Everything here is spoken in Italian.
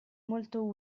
molto